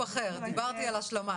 דברתי על השלמה,